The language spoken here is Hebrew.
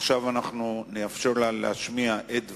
עכשיו אנחנו נאפשר לה להשמיע את דבריה,